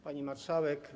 Pani Marszałek!